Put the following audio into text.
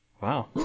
Wow